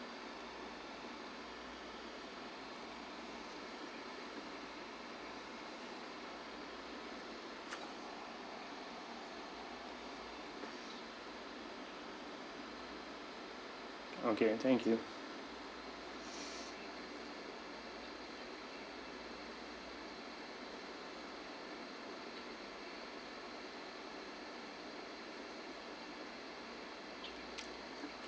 okay thank you